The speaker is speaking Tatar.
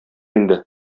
инде